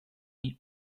need